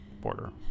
border